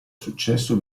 successo